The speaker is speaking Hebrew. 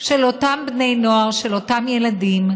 של אותם בני נוער, של אותם ילדים,